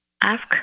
Ask